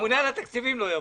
הממונה על התקציבים לא יבוא.